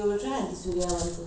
mm maha